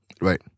right